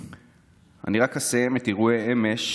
אני רק אסיים את אירועי אמש